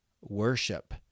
worship